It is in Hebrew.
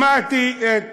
שמעתי את